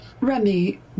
remy